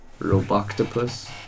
roboctopus